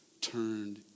turned